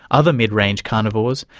other mid-range carnivores,